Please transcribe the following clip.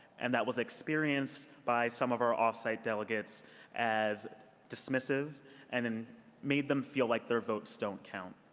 and that was experienced by some of our off-site delegates as dismissive and and made them feel like their votes don't counted